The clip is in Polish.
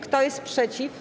Kto jest przeciw?